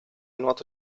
nuoto